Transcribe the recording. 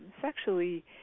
sexually